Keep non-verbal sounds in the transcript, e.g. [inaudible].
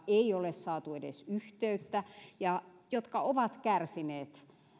[unintelligible] ei ole saatu edes yhteyttä ja jotka ovat kärsineet